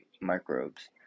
microbes